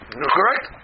Correct